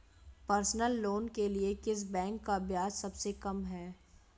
Personal loan के लिए किस बैंक का ब्याज सबसे कम है?